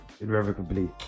irrevocably